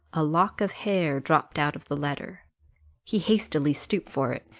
a lock of hair dropped out of the letter he hastily stooped for it,